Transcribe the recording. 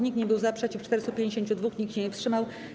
Nikt nie był za, przeciw - 452, nikt się nie wstrzymał.